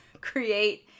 Create